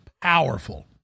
powerful